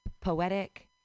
poetic